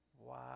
Wow